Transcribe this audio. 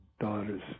daughters